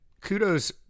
kudos